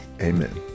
Amen